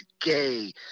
gay